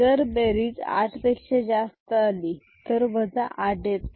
जर बेरीज आठ पेक्षा जास्त आली तर 8 येते